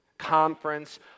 conference